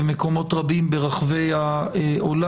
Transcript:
במקומות רבים ברחבי העולם.